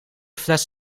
fles